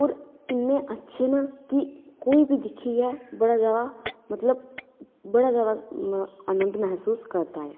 होर इन्ने अच्छे न की कोई बी दिक्खियै बड़ा बड़ा बड़ा दिक्खियै आनंद महसूस करदा